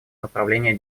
направления